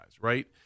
right